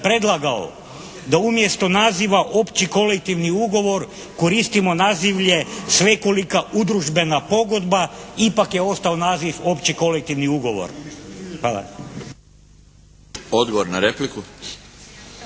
da umjesto naziva: "opći kolektivni ugovor" koristimo nazivlje: "Svekolika udružbena pogodba" ipak je ostao naziv: "Opći kolektivni ugovor". Hvala. **Milinović,